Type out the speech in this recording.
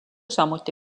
samuti